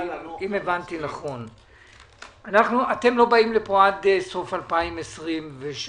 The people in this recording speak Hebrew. אם הבנתי נכון, אתם לא באים לפה עד סוף שנת